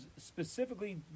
specifically